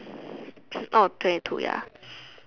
orh twenty two ya